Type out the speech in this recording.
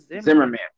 Zimmerman